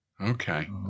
Okay